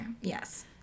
Yes